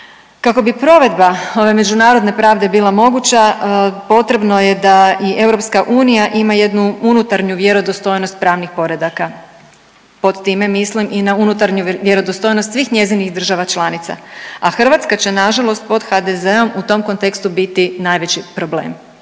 Kako bi provedba ove međunarodne pravde bila moguća potrebno je da i EU ima jednu unutarnju vjerodostojnost pravnih poredaka, pod time mislim i na unutarnju vjerodostojnost svih njezinih država članica, a Hrvatska će nažalost pod HDZ-om u tom kontekstu biti najveći problem